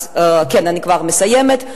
אני כבר מסיימת.